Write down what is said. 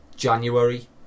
January